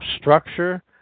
structure